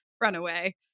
runaway